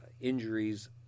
Injuries